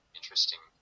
interesting